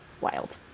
wild